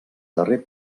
darrer